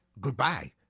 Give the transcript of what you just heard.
Goodbye